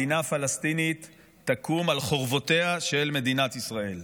מדינה פלסטינית תקום על חורבותיה של מדינת ישראל.